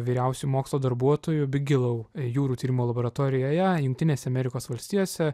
vyriausiu mokslo darbuotoju bigelou jūrų tyrimo laboratorijoje jungtinėse amerikos valstijose